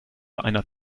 einer